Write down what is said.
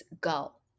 go